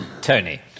Tony